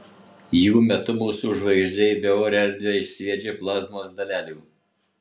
jų metu mūsų žvaigždė į beorę erdvę išsviedžia plazmos dalelių